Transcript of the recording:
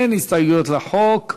אין הסתייגויות לחוק.